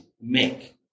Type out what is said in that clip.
make